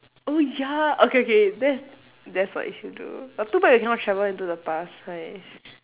oh ya okay okay that is that is what you should do but too bad we cannot travel into the past !hais!